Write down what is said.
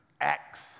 Acts